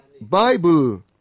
Bible